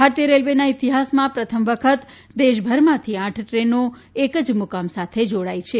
ભારતીય રેલવેના ઇતિહાસમાં પ્રથમ વખત દેશભરમાંથી આઠ ટ્રેનો એક જ મુકામ સાથે જોડાઇ છે